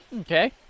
Okay